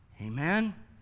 Amen